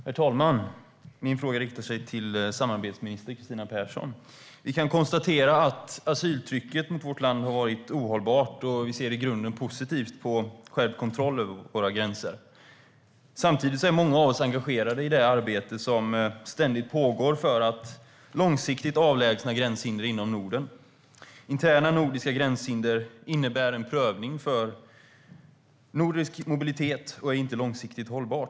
Herr talman! Min fråga riktar sig till samarbetsminister Kristina Persson. Vi kan konstatera att asyltrycket mot vårt land har varit ohållbart, och vi ser i grunden positivt på skärpt kontroll över våra gränser. Samtidigt är många av oss engagerade i det arbete som ständigt pågår för att långsiktigt avlägsna gränshinder inom Norden. Interna nordiska gränshinder innebär en prövning för nordisk mobilitet och är inte långsiktigt hållbart.